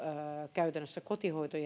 käytännössä kotihoito